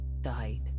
died